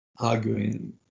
arguing